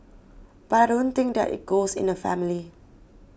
but I don't think that it goes in the family